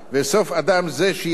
שיהא מלסטם את הבריות".